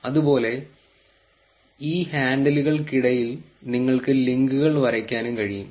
അതുപോലെ ഈ ഹാൻഡിലുകൾക്കിടയിൽ നിങ്ങൾക്ക് ലിങ്കുകൾ വരയ്ക്കാനും കഴിയും